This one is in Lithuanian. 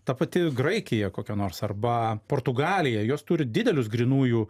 ta pati graikija kokia nors arba portugalija jos turi didelius grynųjų